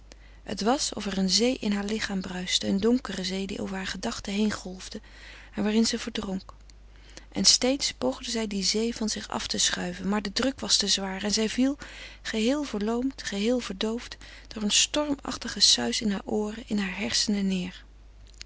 het was of er eene zee in haar lichaam bruiste eene donkere zee die over hare gedachte heengolfde en waarin ze verdronk en steeds poogde zij die zee van zich af te schuiven maar de druk was te zwaar en zij viel geheel verloomd geheel verdoofd door een stormachtig gesuis in hare ooren in hare hersenen neêr